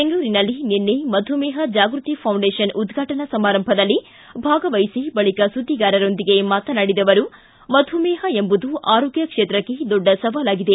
ಬೆಂಗಳೂರಿನಲ್ಲಿ ನಿನ್ನೆ ಮಧುಮೇಹ ಜಾಗೃತಿ ಫೌಂಡೇಷನ್ ಉದ್ಘಾಟನಾ ಸಮಾರಂಭದಲ್ಲಿ ಭಾಗವಹಿಸಿದ ಬಳಿಕ ಸುದ್ದಿಗಾರರೊಂದಿಗೆ ಮಾತನಾಡಿದ ಅವರು ಮಧುಮೇಪ ಎಂಬುದು ಆರೋಗ್ಯ ಕ್ಷೇತ್ರಕ್ಕೆ ದೊಡ್ಡ ಸವಾಲಾಗಿದೆ